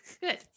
Good